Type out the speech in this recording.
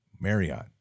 Marriott